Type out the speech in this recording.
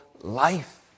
life